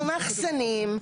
אנחנו מאחסנים.